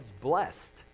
blessed